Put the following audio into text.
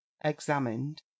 examined